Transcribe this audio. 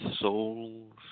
souls